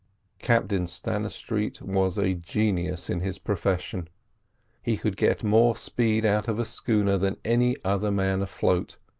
captain stannistreet was a genius in his profession he could get more speed out of a schooner than any other man afloat,